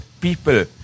people